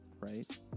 right